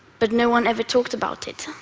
but no one ever talked about it.